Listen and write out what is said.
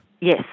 Yes